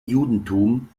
judentum